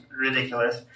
ridiculous